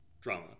Drama